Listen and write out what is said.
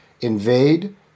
invade